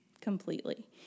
completely